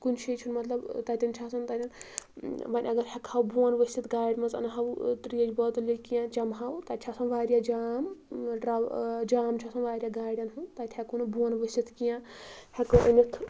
کُنہِ جایہِ چھُ نہٕ تتین چھُ نہٕ آسان تتین وۄن اگر ہیکہو بوٚن وسِتھ گاڑِ منٛز انَہو تریش بٲتٕل یا کینٛہہ چَمہو تتہِ چھِ اسان واریاہ جَام ٹر جام چھُ آسان واریاہ گاڑین ہنٛد تتہِ ہیٛکو نہٕ بۄن وسِتھ کینٛہہ ہیٛکو أنِتھ